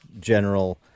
general